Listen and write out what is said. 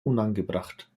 unangebracht